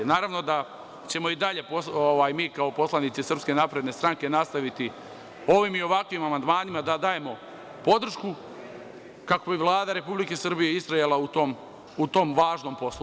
Naravno da ćemo i dalje mi kao poslanici Srpske napredne stranke nastaviti ovim i ovakvim amandmanima da dajemo podršku, kako bi Vlada Republike Srbije istrajala u tom važnom poslu.